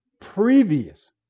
previous